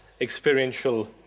experiential